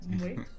Wait